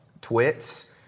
Twits